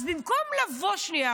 אז במקום לבוא שנייה,